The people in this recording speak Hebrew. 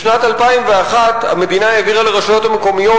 בשנת 2001 העבירה המדינה לרשויות המקומיות